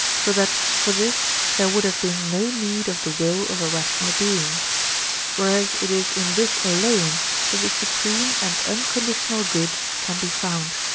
so that for this there would have been no need of the will of a rational being whereas it is in this alone that the supreme and unconditional good can be found.